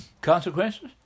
consequences